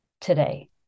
today